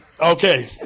Okay